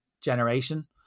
generation